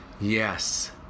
Yes